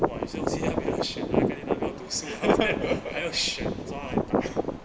!wah! 有些东西他没有选那干你妈读书 after that 还有选做 how many 打